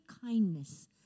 kindness